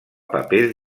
papers